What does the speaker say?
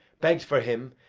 begg'd for him,